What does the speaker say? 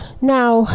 Now